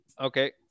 Okay